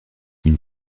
une